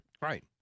Right